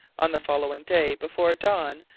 on the following day, before dawn,